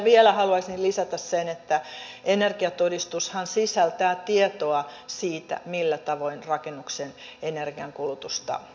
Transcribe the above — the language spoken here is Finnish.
vielä haluaisin lisätä sen että energiatodistushan sisältää tietoa siitä millä tavoin rakennuksen energiankulutusta voi vähentää